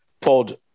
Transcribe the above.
pod